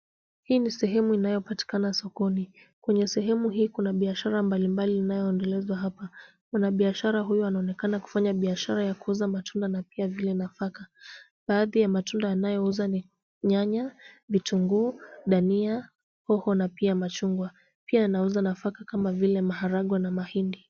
Hii ni sehemu inayopatikana sokoni. Kwenye sehemu hii kuna biashara mbali mbali inayoendelezwa hapa. Mwanabiashara huyu anaonekana kufanya biashara ya kuuza matunda na pia vile nafaka. Baadhi ya matunda anayouza ni nyanya, vitunguu, dania, hoho na pia machungwa. Pia anauza nafaka kama vile maharagwe na mahindi.